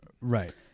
Right